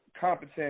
competent